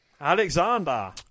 Alexander